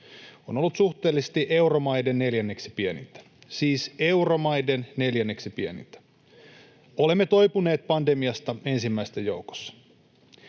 on ollut suhteellisesti euromaiden neljänneksi pienintä — siis euromaiden neljänneksi pienintä. Olemme toipuneet pandemiasta ensimmäisten joukossa.